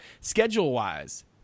Schedule-wise